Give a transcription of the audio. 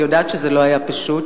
אני יודעת שזה לא היה פשוט.